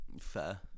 fair